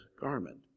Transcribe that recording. garment